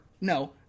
no